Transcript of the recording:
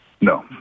No